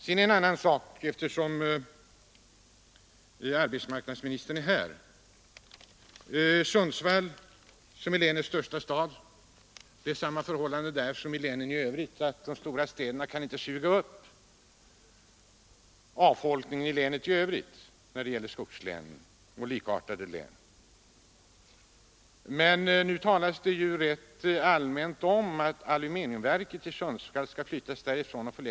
Sedan en annan sak, eftersom arbetsmarknadsministern nu är i kammaren. Beträffande Sundsvall, som är länets största stad, gäller samma förhållande som i övriga län. De stora städerna kan inte suga upp avfolkningen från länet i övrigt. Det gäller skogslänen och likartade län. Nu talas det allmänt om att Aluminiumverket i Sundsvall skall flyttas därifrån.